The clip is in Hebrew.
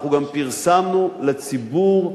אנחנו גם פרסמנו לציבור,